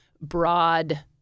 broad